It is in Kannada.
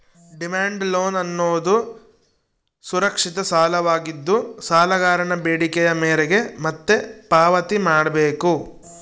ಡಿಮ್ಯಾಂಡ್ ಲೋನ್ ಅನ್ನೋದುದು ಸುರಕ್ಷಿತ ಸಾಲವಾಗಿದ್ದು, ಸಾಲಗಾರನ ಬೇಡಿಕೆಯ ಮೇರೆಗೆ ಮತ್ತೆ ಪಾವತಿ ಮಾಡ್ಬೇಕು